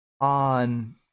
on